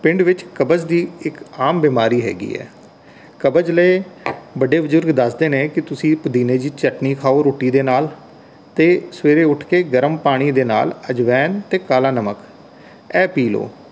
ਪਿੰਡ ਵਿੱਚ ਕਬਜ਼ ਦੀ ਇੱਕ ਆਮ ਬਿਮਾਰੀ ਹੈਗੀ ਹੈ ਕਬਜ਼ ਲਈ ਵੱਡੇ ਬਜ਼ੁਰਗ ਦੱਸਦੇ ਨੇ ਕਿ ਤੁਸੀਂ ਪੁਦੀਨੇ ਦੀ ਚਟਣੀ ਖਾਓ ਰੋਟੀ ਦੇ ਨਾਲ ਅਤੇ ਸਵੇਰੇ ਉੱਠ ਕੇ ਗਰਮ ਪਾਣੀ ਦੇ ਨਾਲ ਅਜਵੈਣ ਅਤੇ ਕਾਲਾ ਨਮਕ ਇਹ ਪੀ ਲਓ